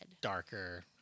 darker